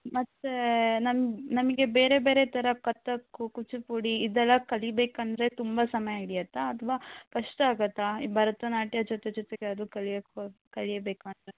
ಮತ್ತೆ ನಮ್ ನಮಗೆ ಬೇರೆ ಬೇರೆ ಥರ ಕಥಕ್ ಕೂಚಿಪುಡಿ ಇದೆಲ್ಲ ಕಲಿಬೇಕಂದರೆ ತುಂಬ ಸಮಯ ಹಿಡಿಯುತ್ತಾ ಅಥವಾ ಕಷ್ಟ ಆಗತ್ತಾ ಭರತನಾಟ್ಯ ಜೊತೆ ಜೊತೆಗೆ ಅದು ಕಲಿಯಕ್ಕೆ ಕಲಿಯಬೇಕಂದರೆ